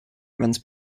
runs